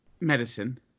medicine